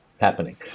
happening